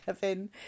Kevin